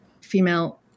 female